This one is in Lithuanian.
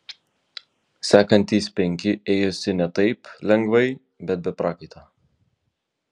sekantys penki ėjosi ne taip lengvai bet be prakaito